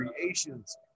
Creations